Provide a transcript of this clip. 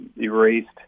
erased